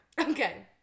okay